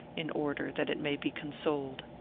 in order that it may be consoled.